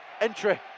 entry